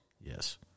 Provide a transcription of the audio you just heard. Yes